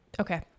Okay